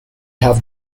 have